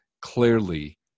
clearly